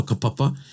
papa